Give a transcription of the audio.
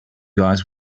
guys